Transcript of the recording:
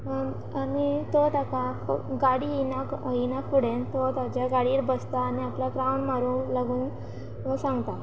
आनी तो ताका गाडी येना येना फुडें तो ताच्या गाडयेर बसता आनी आपल्याक रावंड मारूंक लागून तो सांगता